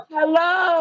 Hello